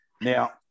Now